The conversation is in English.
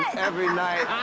every night.